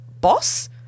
boss